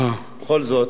בכל זאת,